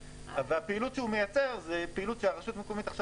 והפעילות שהוא מייצר זאת פעילות שהרשות המקומית עכשיו